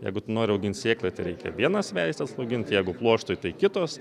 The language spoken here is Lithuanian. jeigu tu nori augint sėklai tai reikia vienas veisles augint jeigu pluoštui tai kitos